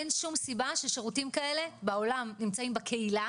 אין שום סיבה ששירותים כאלה בעולם נמצאים בקהילה